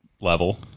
level